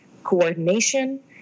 coordination